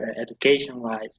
education-wise